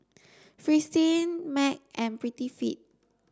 Fristine Mac and Prettyfit